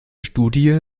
studie